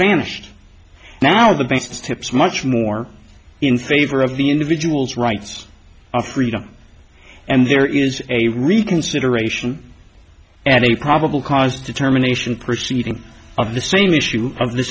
vanished now the basis tips much more in favor of the individual's rights of freedom and there is a reconsideration and a probable cause determination proceeding of the same issue of th